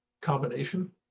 combination